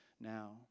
now